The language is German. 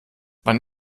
wann